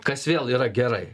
kas vėl yra gerai